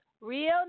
real